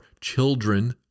children